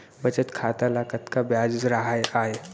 बचत खाता ल कतका ब्याज राहय आय?